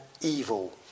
evil